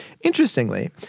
Interestingly